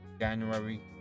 january